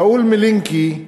שמואל מלינקי,